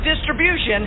distribution